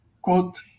Quote